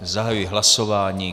Zahajuji hlasování.